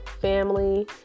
family